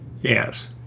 yes